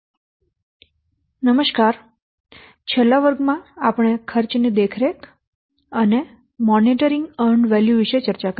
શુભ બપોર છેલ્લા વર્ગમાં આપણે ખર્ચની દેખરેખ અને મોનીટરીંગ અર્ન્ડ વેલ્યુ વિશે ચર્ચા કરી